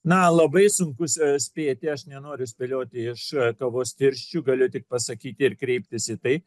na labai sunkus spėti aš nenoriu spėlioti iš kavos tirščių galiu tik pasakyti ir kreiptis į tai